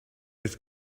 its